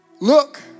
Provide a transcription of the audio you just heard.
Look